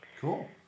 Cool